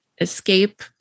escape